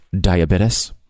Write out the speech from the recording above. diabetes